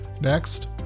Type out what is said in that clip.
Next